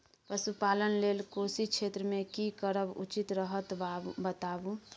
पशुपालन लेल कोशी क्षेत्र मे की करब उचित रहत बताबू?